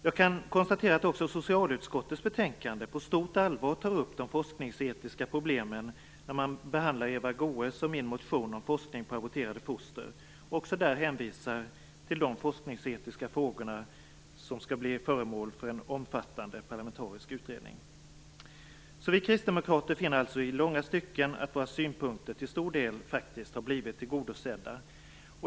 Jag kan konstatera att man också i socialutskottets betänkande på stort allvar tar upp de forskningsetiska problemen när man behandlar Eva Goës och min motion om forskning på aborterade foster. Också där hänvisas det till att de forskningsetiska frågorna skall bli föremål för en omfattande parlamentarisk utredning. Vi kristdemokrater finner alltså i långa stycken att våra synpunkter till stor del faktiskt har blivit tillgodosedda.